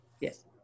Yes